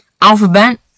Alphabet